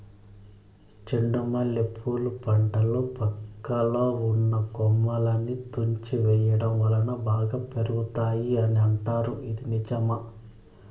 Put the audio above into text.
చెండు మల్లె పూల పంటలో పక్కలో ఉన్న కొమ్మలని తుంచి వేయటం వలన బాగా పెరుగుతాయి అని అంటారు ఇది నిజమా?